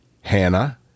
Hannah